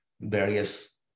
various